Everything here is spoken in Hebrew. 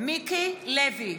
מיקי לוי,